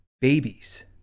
babies